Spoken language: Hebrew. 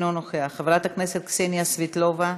אינו נוכח, חברת הכנסת קסניה סבטלונה,